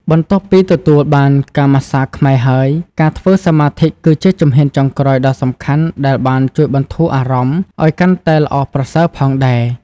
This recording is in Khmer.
បន្ទាប់ពីទទួលបានការម៉ាស្សាខ្មែរហើយ ការធ្វើសមាធិគឺជាជំហានចុងក្រោយដ៏សំខាន់ដែលបានជួយបន្ធូរអារម្មណ៍ឱ្យកាន់តែល្អប្រសើរផងដែរ។